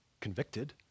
convicted